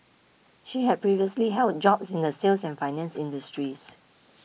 she had previously held jobs in the sales and finance industries